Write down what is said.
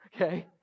okay